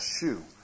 Shoe